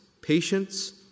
patience